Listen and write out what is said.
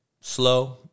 Slow